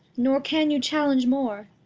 nor can you challenge more.